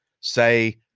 say